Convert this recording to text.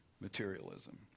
Materialism